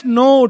no